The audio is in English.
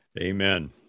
Amen